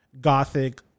Gothic